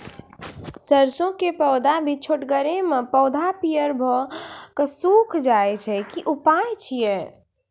सरसों के पौधा भी छोटगरे मे पौधा पीयर भो कऽ सूख जाय छै, की उपाय छियै?